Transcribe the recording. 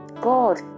God